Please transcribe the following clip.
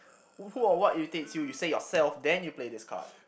who or what you irritates you you say yourself then you play this card